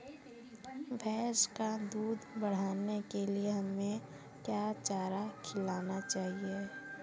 भैंस का दूध बढ़ाने के लिए हमें क्या चारा खिलाना चाहिए?